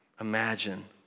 Imagine